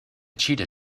cheetah